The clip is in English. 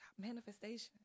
Manifestation